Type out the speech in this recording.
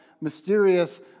mysterious